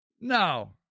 No